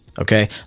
okay